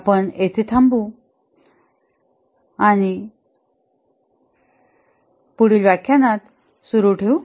आपण येथे थांबू आणि पुढील व्याख्यानात सुरू ठेऊ